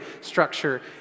structure